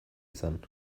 izan